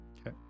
Okay